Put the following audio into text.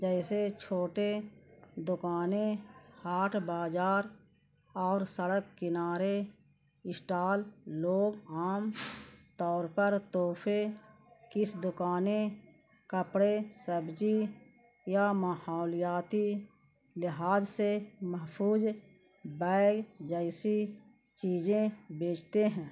جیسے چھوٹے دکانیں ہاٹ بازار اور سڑک کنارے اسٹال لوگ عام طور پر تحفے کس دکانیں کپڑے سبزی یا ماحولیاتی لحاظ سے محفوظ بیگ جیسی چیزیں بیچتے ہیں